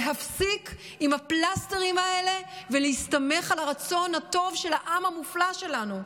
להפסיק עם הפלסטרים האלה ולהסתמך על הרצון הטוב של העם המופלא שלנו.